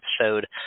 episode